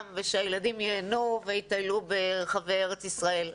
ושהילדים ייהנו ויטיילו ברחבי ארץ- ישראל,